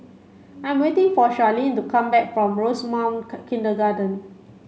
I am waiting for Charline to come back from Rosemount Kindergarten